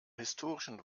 historischen